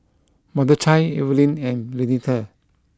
Mordechai Evelin and Renita